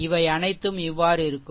இவை அனைத்தும் இவ்வாறு இருக்கும்